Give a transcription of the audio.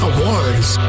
Awards